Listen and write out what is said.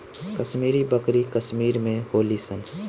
कश्मीरी बकरी कश्मीर में होली सन